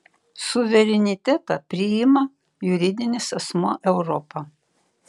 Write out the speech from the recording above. suverenitetą priima juridinis asmuo europa